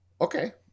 Okay